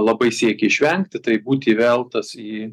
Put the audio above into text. labai siekė išvengti tai būt įveltas į